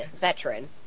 veteran